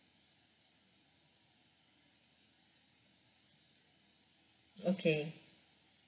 okay